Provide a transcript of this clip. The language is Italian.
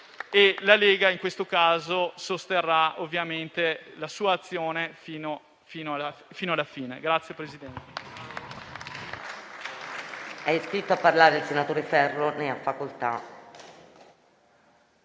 la Lega, in questo caso, sosterrà la sua azione fino alla fine